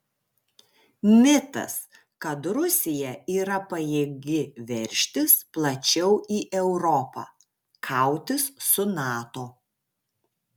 mitas kad rusija yra pajėgi veržtis plačiau į europą kautis su nato